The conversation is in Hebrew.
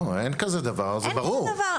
לא, אין כזה דבר, זה ברור.